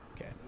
Okay